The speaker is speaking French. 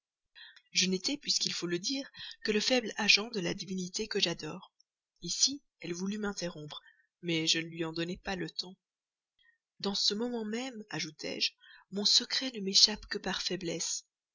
je n'étais puisqu'il faut le dire que le faible agent de la divinité que j'adore ici elle voulut m'interrompre mais je ne lui en donnai pas le temps dans ce moment même ajoutai-je mon secret ne m'échappe que par faiblesse